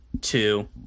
two